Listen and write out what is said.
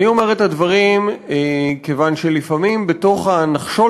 אני אומר את הדברים כיוון שלפעמים בתוך הנחשול